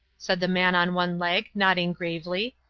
said the man on one leg, nodding gravely.